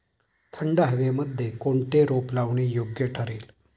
थंड हवेमध्ये कोणते रोप लावणे योग्य ठरेल?